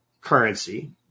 currency